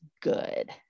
good